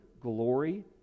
glory